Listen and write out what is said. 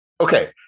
Okay